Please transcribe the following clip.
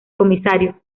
comisario